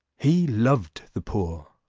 he loved the poor,